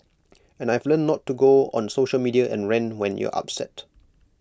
and I've learnt not to go on social media and rant when you're upset